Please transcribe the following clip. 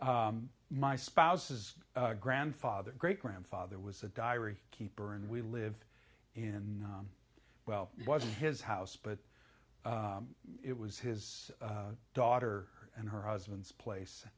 my spouse is a grandfather great grandfather was a diary keeper and we live in well it wasn't his house but it was his daughter and her husband's place